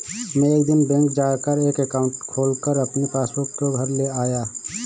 मै एक दिन बैंक जा कर एक एकाउंट खोलकर अपनी पासबुक को घर ले आया